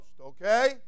Okay